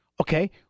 okay